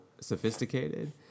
sophisticated